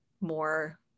more